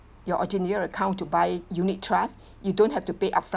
your ordinary account to buy unit trust you don't have to pay upfront